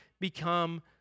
become